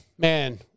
Man